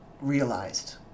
realized